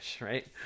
right